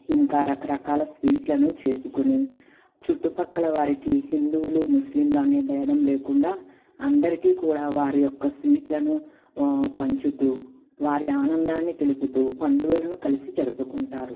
ఇంకా రకరకాల స్వీట్లను చేసుకొని చుట్టుపక్కల వారికి హిందువులు ముస్లింలనే భేదం లేకుండా అందరికీ కూడా వారి యొక్క స్వీట్లను పంచుతూ వారి ఆనందాన్ని తెలుపుతూ పండుగలను కలిసి జరుపుకుంటారు